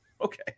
okay